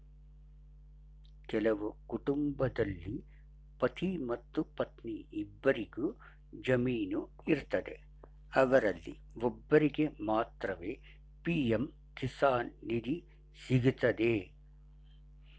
ಕೆಲವು ಕುಟುಂಬದಲ್ಲಿ ಪತಿ ಮತ್ತು ಪತ್ನಿ ಇಬ್ಬರಿಗು ಜಮೀನು ಇರ್ತದೆ ಅವರಲ್ಲಿ ಒಬ್ಬರಿಗೆ ಮಾತ್ರವೇ ಪಿ.ಎಂ ಕಿಸಾನ್ ನಿಧಿ ಸಿಗ್ತದೆ